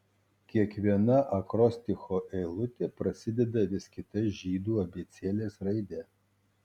kiekviena akrosticho eilutė prasideda vis kita žydų abėcėlės raide